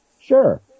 Sure